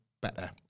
better